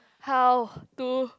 how to